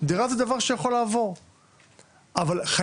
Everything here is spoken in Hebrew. איתך כי דירה זה דבר שיכול לעבור,